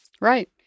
Right